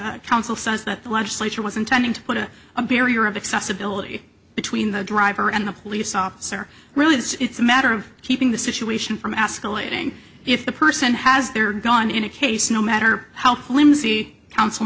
counsel says that the legislature was intending to put a barrier of accessibility between the driver and the police officer really it's a matter of keeping the situation from ask elating if the person has they're gone in a case no matter how flimsy counsel